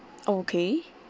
okay